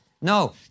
No